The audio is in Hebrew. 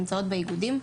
שנמצאות באיגודים,